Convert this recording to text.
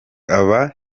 aba